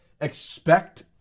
Expect